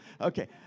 Okay